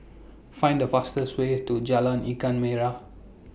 Find The fastest Way to Jalan Ikan Merah